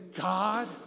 God